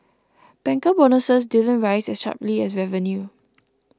banker bonuses didn't rise as sharply as revenue